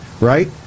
right